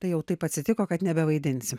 tai jau taip atsitiko kad nebevaidinsim